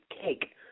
cake